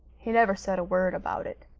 he never said a word about it,